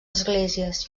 esglésies